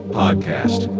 podcast